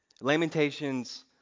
Lamentations